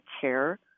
care